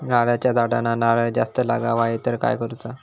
नारळाच्या झाडांना नारळ जास्त लागा व्हाये तर काय करूचा?